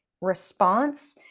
response